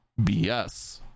BS